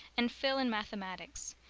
and phil in mathematics.